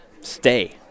stay